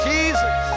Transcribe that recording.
Jesus